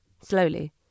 slowly